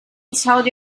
saudi